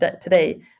today